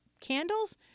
candles